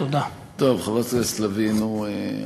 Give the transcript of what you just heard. טוב, חברת הכנסת לביא, נו,